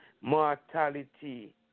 Mortality